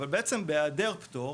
אבל בהיעדר הפטור,